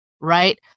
right